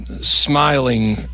smiling